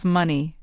money